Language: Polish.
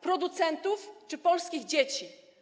Producentów czy polskich dzieci?